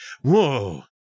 whoa